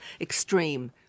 extreme